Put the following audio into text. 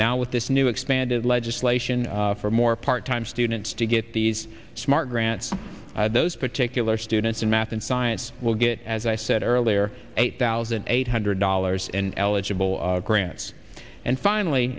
now with this new expanded legislation for more part time students to get these smart grants those particular students in math and science will get as i said earlier eight thousand eight hundred dollars in eligible grants and finally